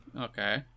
Okay